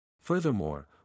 Furthermore